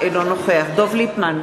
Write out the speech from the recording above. אינו נוכח דב ליפמן,